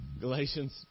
Galatians